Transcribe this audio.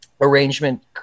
arrangement